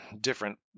different